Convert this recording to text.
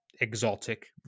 exotic